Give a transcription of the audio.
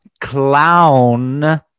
Clown